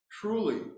truly